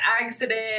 accident